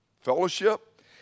fellowship